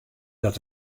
dat